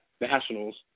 Nationals